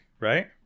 right